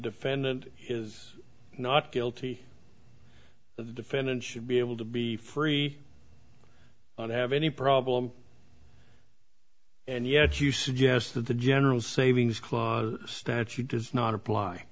defendant is not guilty the defendant should be able to be free to have any problem and yet you suggest that the general savings clause statute does not apply